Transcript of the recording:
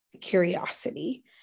curiosity